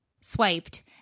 swiped